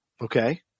Okay